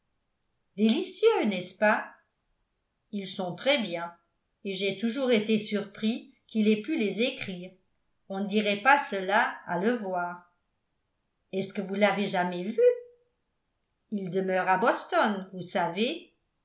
délicieux n'est-ce pas ils sont très bien et j'ai toujours été surpris qu'il ait pu les écrire on ne dirait pas cela à le voir est-ce que vous l'avez jamais vu il demeure à boston vous savez